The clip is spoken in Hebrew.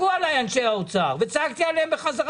אנשי האוצר צעקו עלי ואני צעקתי עליהם בחזרה